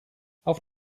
auf